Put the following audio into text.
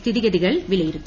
സ്ഥിതിഗതികൾ വിലയിരുത്തി